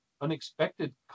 unexpected